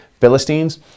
Philistines